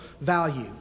value